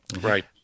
Right